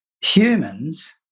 humans